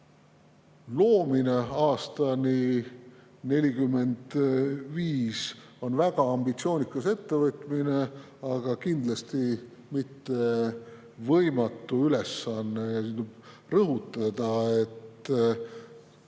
loomine aastani 2045 on väga ambitsioonikas ettevõtmine, aga kindlasti mitte võimatu ülesanne. Tuleb rõhutada, et